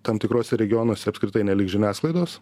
tam tikruose regionuose apskritai neliks žiniasklaidos